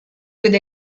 could